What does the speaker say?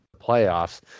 playoffs